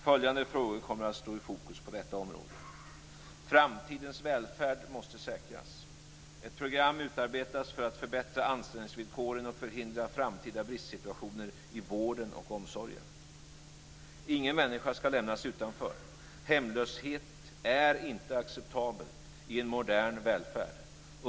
Följande frågor kommer att stå i fokus på detta område: Framtidens välfärd måste säkras. Ett program utarbetas för att förbättra anställningsvillkoren och förhindra framtida bristsituationer i vården och omsorgen. Ingen människa skall lämnas utanför. Hemlöshet är inte acceptabelt i en modern välfärd.